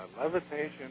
Levitation